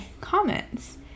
comments